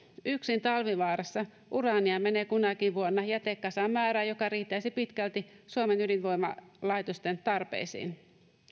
yksin talvivaarassa uraania menee kunakin vuonna jätekasaan määrä joka riittäisi pitkälti suomen ydinvoimalaitosten tarpeisiin